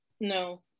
no